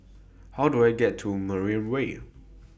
How Do I get to Mariam Way